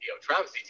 Travis